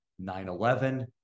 9-11